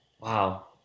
Wow